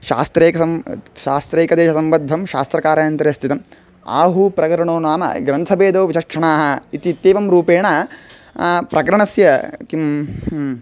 शास्त्रैकं शास्त्रैकदेशसम्बद्धं शास्त्रकार्यान्तरे स्थितम् आहूः प्रकरणं नाम ग्रन्थभेदं विचक्षणाः इति इत्येवं रूपेण प्रकरणस्य किं ह्म्